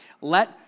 let